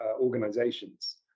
organizations